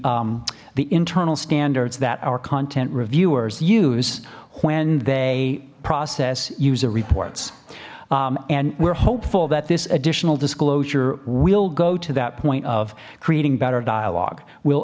the the internal standards that our content reviewers use when they process user reports and we're hopeful that this additional disclosure will go to that point of creating better dialog will